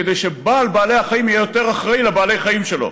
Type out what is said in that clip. כדי שבעל בעלי החיים יהיה יותר אחראי לבעלי החיים שלו,